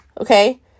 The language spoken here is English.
okay